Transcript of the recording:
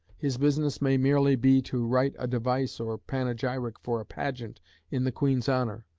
his business may merely be to write a device or panegyric for a pageant in the queen's honour,